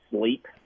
sleep